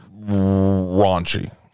raunchy